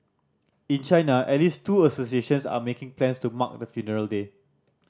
in China at least two associations are making plans to mark the funeral day